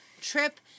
trip